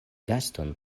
gaston